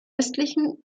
östlichen